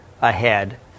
ahead